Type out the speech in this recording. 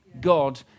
God